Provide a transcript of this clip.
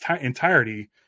entirety